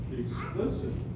explicit